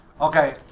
Okay